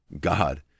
God